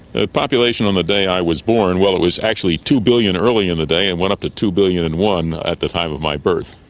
the population on the day i was born, well, it was actually two billion early in the day and went up to two billion and one at the time of my birth.